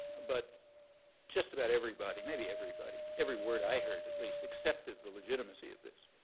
but just about everybody, maybe everybody every word i heard, at least accepted the legitimacy of this.